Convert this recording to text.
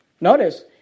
Notice